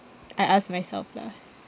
I ask myself lah